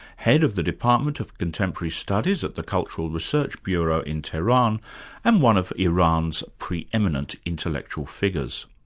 head of the department of contemporary studies at the cultural research bureau in tehran and one of iran's pre-eminent intellectual figures.